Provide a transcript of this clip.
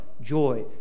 joy